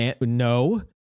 No